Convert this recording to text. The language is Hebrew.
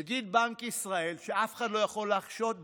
נגיד בנק ישראל, שאף אחד לא יכול לחשוד בו,